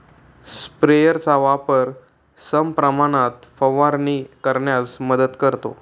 स्प्रेयरचा वापर समप्रमाणात फवारणी करण्यास मदत करतो